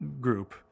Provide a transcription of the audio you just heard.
group